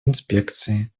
инспекции